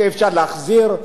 שאפשר להחזיר.